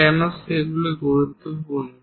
কেন সেগুলি গুরুত্বপূর্ণ